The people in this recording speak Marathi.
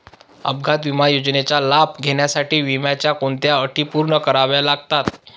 अपघात विमा योजनेचा लाभ घेण्यासाठी विम्याच्या कोणत्या अटी पूर्ण कराव्या लागतात?